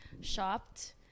shopped